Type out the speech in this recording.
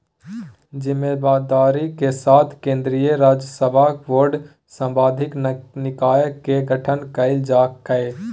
जिम्मेदारी के साथ केन्द्रीय राजस्व बोर्ड सांविधिक निकाय के गठन कइल कय